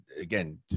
again